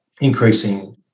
increasing